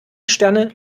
sterne